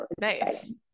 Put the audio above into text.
nice